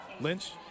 Lynch